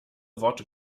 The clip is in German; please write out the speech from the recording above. worte